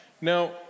Now